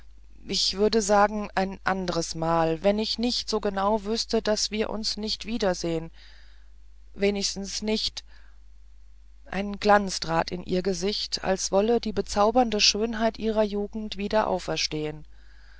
ich würde sagen ein andres mal wenn ich nicht so genau wüßte daß wir uns nicht wiedersehen wenigstens nicht ein glanz trat in ihr gesicht als wolle die bezaubernde schönheit ihrer jugend wieder auferstehen